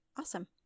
Awesome